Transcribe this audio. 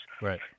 Right